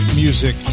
music